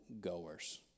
goers